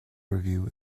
review